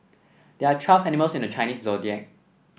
there are twelve animals in the Chinese Zodiac